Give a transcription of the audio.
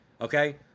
Okay